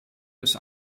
des